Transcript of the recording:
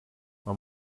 man